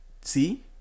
See